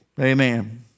Amen